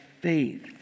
faith